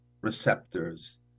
receptors